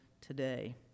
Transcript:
today